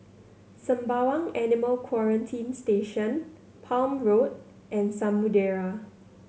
Sembawang Animal Quarantine Station Palm Road and Samudera